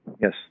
yes